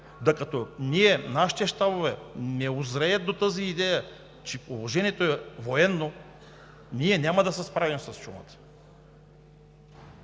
Докато ние, нашите щабове не узреят до тази идея, че положението е военно, ние няма да се справим с чумата.